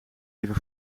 even